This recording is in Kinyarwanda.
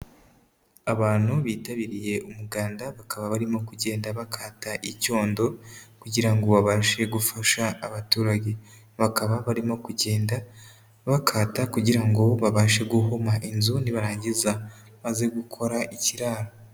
Abantu bitabiriye umuganda bakaba barimo kugenda bakata icyondo kugiran ngo babashe gufasha abaturage. Bakaba barimo kugenda bakata kugira ngo babashe guhoma inzu, nibarangiza baze gukora ikiraro.